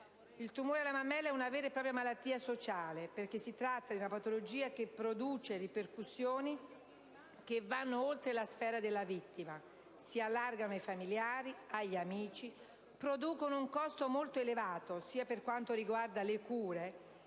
Il tumore alla mammella è una vera e propria malattia sociale, perché si tratta di una patologia che produce ripercussioni che vanno oltre la sfera della vittima e si allargano ai familiari, agli amici e comportano un costo molto elevato, sia per quanto riguarda le cure